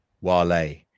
Wale